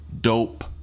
dope